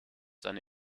seine